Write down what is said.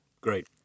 Great